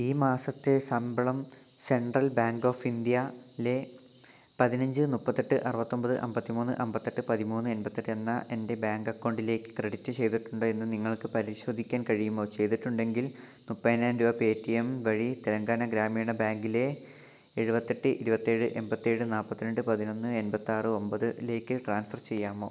ഈ മാസത്തെ ശമ്പളം സെൻട്രൽ ബാങ്ക് ഓഫ് ഇന്ത്യലെ പതിനഞ്ച് മുപ്പത്തെട്ട് അറുപത്തൊൻപത് അൻപത്തിമൂന്ന് അൻപത്തെട്ട് പതിമൂന്ന് എൺപത്തി എട്ട് എന്ന എൻ്റെ ബാങ്ക് അക്കൗണ്ടിലേക്ക് ക്രെഡിറ്റ് ചെയ്തിട്ടുണ്ട് എന്ന് നിങ്ങൾക്ക് പരിശോധിക്കാൻ കഴിയുമോ ചെയ്തിട്ടുണ്ടെങ്കിൽ മുപ്പതിനായിരം രൂപ പേടിഎം വഴി തെലങ്കാന ഗ്രാമീണ ബാങ്കിലെ എഴുപത്തി എട്ട് ഇരുപത്തി ഏഴ് എൺപത്തി ഏഴ് നാല്പത്തി രണ്ട് പതിനൊന്ന് എൺപത്തി ആറ് ഒൻപതിലേക്ക് ട്രാൻസ്ഫർ ചെയ്യാമോ